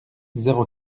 zéro